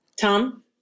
Tom